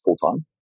full-time